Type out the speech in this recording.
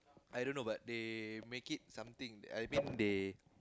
I don't know but they make it something I mean they